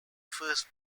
first